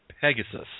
Pegasus